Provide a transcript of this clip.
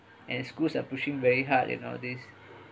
and schools are pushing very hard in all these